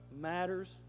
matters